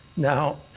now,